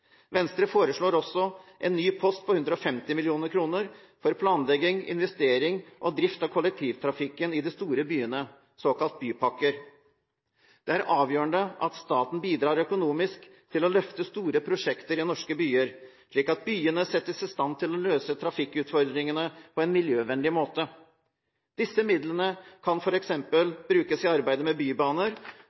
Venstre foreslår også en ny post på 150 mill. kr for planlegging, investering og drift av kollektivtrafikken i de store byene – såkalte bypakker. Det er avgjørende at staten bidrar økonomisk til å løfte store prosjekter i norske byer, slik at byene settes i stand til å løse trafikkutfordringene på en miljøvennlig måte. Disse midlene kan f.eks. brukes i arbeidet med bybaner,